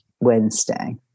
Wednesday